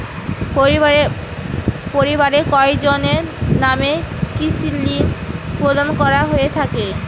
পরিবারের কয়জনের নামে কৃষি ঋণ প্রদান করা হয়ে থাকে?